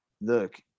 Look